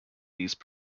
these